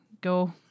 go